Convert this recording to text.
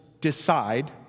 decide